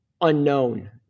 unknown